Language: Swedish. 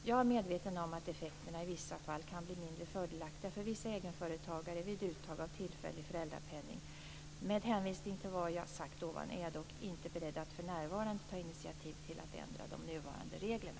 Jag är medveten om att effekterna i vissa fall kan bli mindre fördelaktiga för vissa egenföretagare vid uttag av tillfällig föräldrapenning. Med hänvisning till vad jag sagt ovan är jag dock inte beredd att för närvarande ta initiativ till att ändra de nuvarande reglerna.